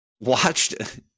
Watched